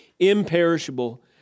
Imperishable